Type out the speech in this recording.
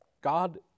God